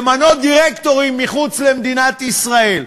למנות דירקטורים מחוץ למדינת ישראל?